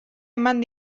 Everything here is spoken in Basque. eman